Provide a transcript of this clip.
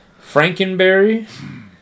Frankenberry